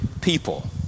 people